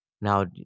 Now